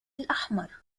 الأحمر